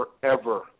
forever